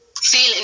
feeling